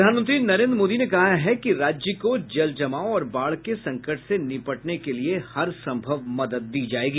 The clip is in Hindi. प्रधानमंत्री नरेन्द्र मोदी ने कहा है कि राज्य को जलजमाव और बाढ़ के संकट से निपटने के लिए हरसंभव मदद दी जायेगी